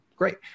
great